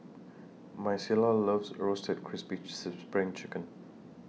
Micaela loves Roasted Crispy SPRING Chicken